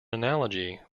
analogy